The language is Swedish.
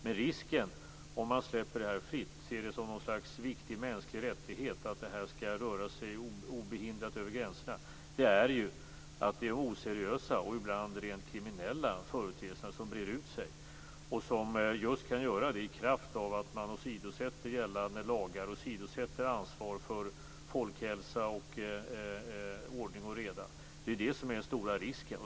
Men om man släpper spelandet fritt och ser det som något slags viktig mänsklig rättighet finns det risk för att oseriösa och ibland t.o.m. rent kriminella företeelser breder ut sig och att de kan göra det i kraft av att de åsidosätter gällande lagar och ansvaret för folkhälsa och ordning och reda. Det är detta som är den stora risken.